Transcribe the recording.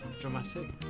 dramatic